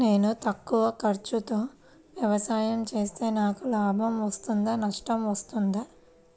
నేను తక్కువ ఖర్చుతో వ్యవసాయం చేస్తే నాకు లాభం వస్తుందా నష్టం వస్తుందా?